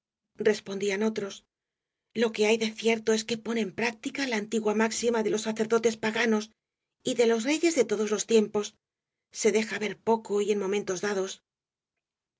respondían otros lo que hay de cierto es que pone en práctica la antigua máxima de los sacerdotes paganos y de los reyes de todos los tiempos se deja ver poco y en momentos dados